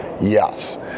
Yes